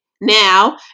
now